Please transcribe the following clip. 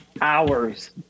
hours